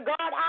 God